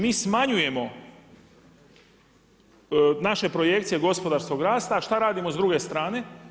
Mi smanjujemo naše projekcije gospodarskog rasta, a šta radimo s druge strane?